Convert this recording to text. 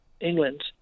England